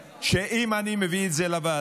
שאם אני מביא את זה לוועדה,